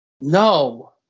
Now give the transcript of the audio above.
No